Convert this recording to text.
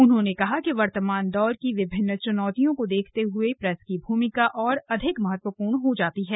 उन्होंने कहा कि वर्तमान दौर की विभिन्न च्नौतियों को देखते हए प्रेस की भूमिका और अधिक महत्वपूर्ण हो जाती है